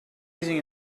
using